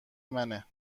منه